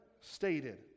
stated